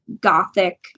gothic